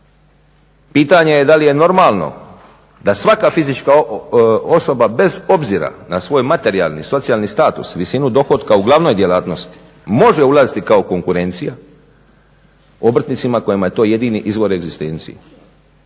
Pitanje je da li je normalno da svaka fizička osoba bez obzira na svoj materijalni, socijalni status, visinu dohotka u glavnoj djelatnosti može ulaziti kao konkurencija obrtnicima kojima je to jedini izvor egzistencije.